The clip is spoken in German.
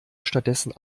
stattdessen